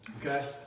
okay